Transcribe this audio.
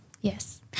Yes